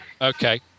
Okay